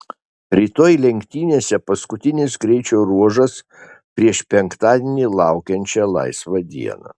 rytoj lenktynėse paskutinis greičio ruožas prieš penktadienį laukiančią laisvą dieną